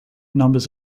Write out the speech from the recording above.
numbers